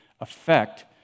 affect